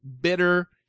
bitter